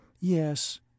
Yes